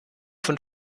von